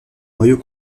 noyau